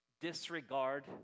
disregard